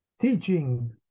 teaching